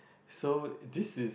so this is